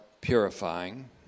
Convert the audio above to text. purifying